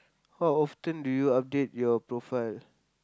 how often do you update your profile